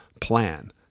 plan